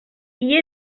qui